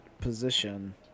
position